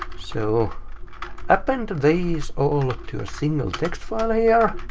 so append these all to a single text file, yeah